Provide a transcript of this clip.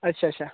अच्छा अच्छा